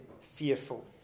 fearful